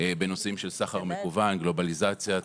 בנושאים של סחר מקוון, גלובליזציה,